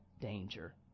danger